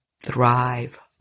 thrive